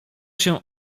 się